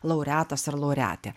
laureatas ar laureatė